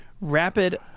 rapid